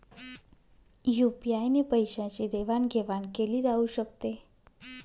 UPI ने पैशांची देवाणघेवाण केली जाऊ शकते